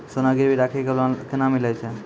सोना गिरवी राखी कऽ लोन केना मिलै छै?